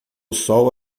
sol